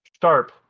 Sharp